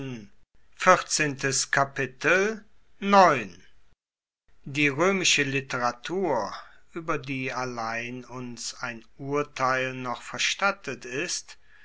die roemische literatur ueber die allein uns ein urteil noch verstattet ist